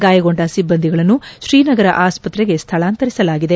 ಗಾಯಗೊಂಡ ಸಿಬ್ಲಂದಿಗಳನ್ನು ತ್ರೀನಗರ ಆಸ್ಪತ್ರೆಗೆ ಸ್ಥಳಾಂತರಿಸಲಾಗಿದೆ